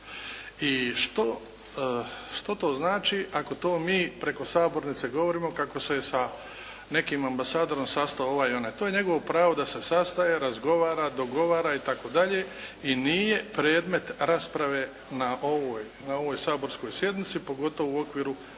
I što to znači ako to mi preko sabornice govorimo kako se sa nekim ambasadorom sastao ovaj ili onaj. To je njegovo pravo da se sastaje, razgovara, dogovara itd. i nije predmet rasprave na ovoj saborskoj sjednici, pogotovo u okviru